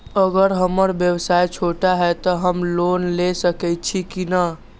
अगर हमर व्यवसाय छोटा है त हम लोन ले सकईछी की न?